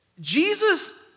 Jesus